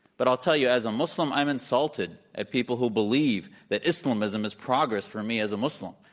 but i'll tell you, as a muslim, i'm insulted at people who believe that islamism is progress for me as a muslim,